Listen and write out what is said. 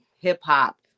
Hip-hop